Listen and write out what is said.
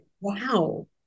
wow